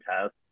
test